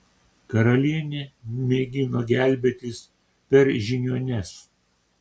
karalienė mėgino gelbėtis per žiniuones